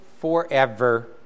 forever